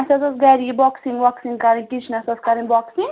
اَسہِ حظ ٲس گَرِ یہِ بۄکسِنٛگ وۄکسِنٛگ کَرٕنۍ کِچنَس ٲس کَرٕنۍ بۄکسِنٛگ